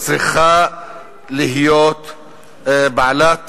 צריכה להיות בעלת